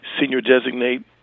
senior-designate